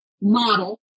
model